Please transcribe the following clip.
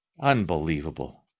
Unbelievable